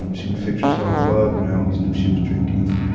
um she would fix herself up, and i always knew she was drinking.